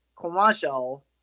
commercial